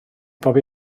bobi